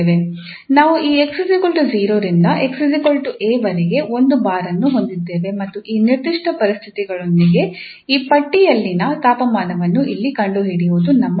ನಾವು ಈ 𝑥 0 ರಿಂದ 𝑥 a ವರೆಗೆ ಒಂದು ಬಾರ್ ಅನ್ನು ಹೊಂದಿದ್ದೇವೆ ಮತ್ತು ಈ ನಿರ್ದಿಷ್ಟ ಪರಿಸ್ಥಿತಿಗಳೊಂದಿಗೆ ಈ ಪಟ್ಟಿಯಲ್ಲಿನ ತಾಪಮಾನವನ್ನು ಇಲ್ಲಿ ಕಂಡುಹಿಡಿಯುವುದು ನಮ್ಮ ಆಸಕ್ತಿ